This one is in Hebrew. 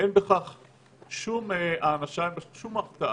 אין בכך שום הענשה ואין בזה שום הרתעה.